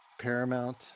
Paramount